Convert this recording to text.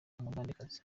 umugandekazi